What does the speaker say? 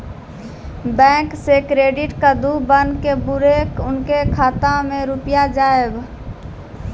Bank से credit card बन के बुरे उनके खाता मे रुपिया जाएब?